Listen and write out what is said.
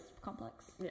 complex